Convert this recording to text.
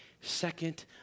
second